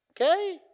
Okay